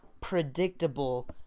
predictable